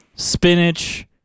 Spinach